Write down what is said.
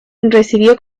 recibió